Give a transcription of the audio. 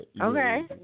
Okay